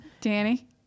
Danny